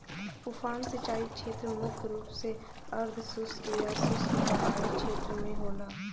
उफान सिंचाई छेत्र मुख्य रूप से अर्धशुष्क या शुष्क पहाड़ी छेत्र में होला